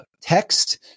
text